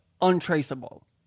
untraceable